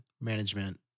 management